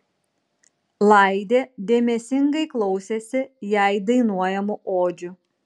laidė dėmesingai klausėsi jai dainuojamų odžių